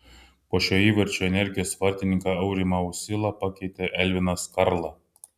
po šio įvarčio energijos vartininką aurimą uscilą pakeitė elvinas karla